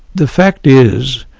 the fact is,